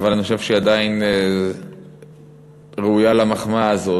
אבל אני חושב שהיא עדיין ראויה למחמאה הזאת,